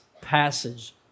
passage